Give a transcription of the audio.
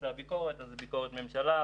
ונושאי הביקורת: ביקורת משרדי ממשלה,